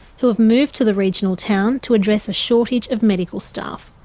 who have moved to the regional town to address a shortage of medical staff.